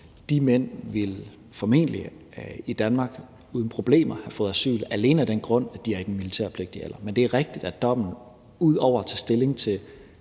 i Danmark formentlig uden problemer have fået asyl alene af den grund, at de er i den militærpligtige alder. Men det er rigtigt, at dommen ud over at tage stilling til